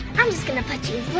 i'm just gonna put you